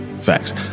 Facts